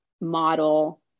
model